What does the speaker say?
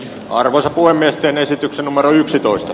arvoisa puhemiestään esityksen varojen sitoo